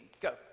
Go